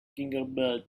gingerbread